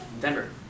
Denver